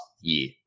year